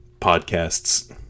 podcasts